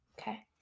Okay